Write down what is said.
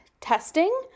testing